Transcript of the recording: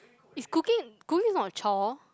is cooking cooking is not a chore